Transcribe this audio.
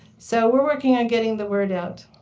so we're working on getting the word out.